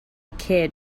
kid